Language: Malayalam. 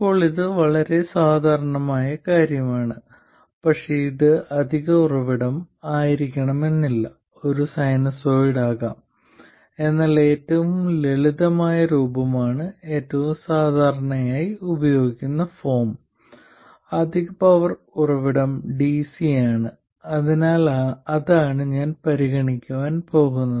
ഇപ്പോൾ ഇത് വളരെ സാധാരണമായ കാര്യമാണ് പക്ഷേ ഇത് അധിക ഉറവിടം ആയിരിക്കണമെന്നില്ല ഒരു സൈനസോയിഡ് ആകാം എന്നാൽ ഏറ്റവും ലളിതമായ രൂപമാണ് ഏറ്റവും സാധാരണയായി ഉപയോഗിക്കുന്ന ഫോം അധിക പവർ ഉറവിടം DC ആണ് അതിനാൽ അതാണ് ഞാൻ പരിഗണിക്കാൻ പോകുന്നത്